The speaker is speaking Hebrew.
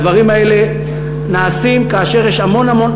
והדברים האלה נעשים כאשר יש המון המון